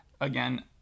again